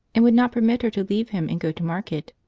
and would not permit her to leave him and go to market.